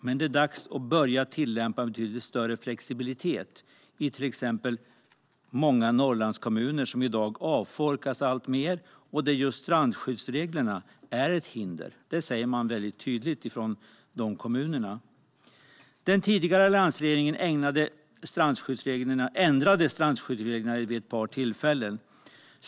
Men det är dags att börja tillämpa en betydligt större flexibilitet i till exempel många Norrlandskommuner, som i dag avfolkas alltmer och där just strandskyddsreglerna är ett hinder. Det framgår tydligt hos de kommunerna. Den tidigare alliansregeringen ändrade strandskyddsreglerna vid ett par tillfällen.